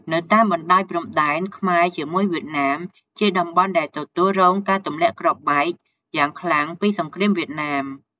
នៅតាមបណ្តោយព្រំដែនខ្មែរជាមួយវៀតណាម ជាតំបន់ដែលទទួលរងការទម្លាក់គ្រាប់បែកយ៉ាងខ្លាំងពីសង្គ្រាមវៀតណាម។